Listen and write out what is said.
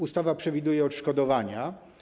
Ustawa przewiduje odszkodowania.